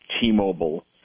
T-Mobile